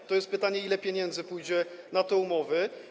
A więc jest pytanie, ile pieniędzy pójdzie na te umowy.